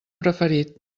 preferit